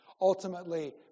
Ultimately